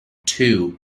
two